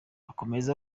akomeza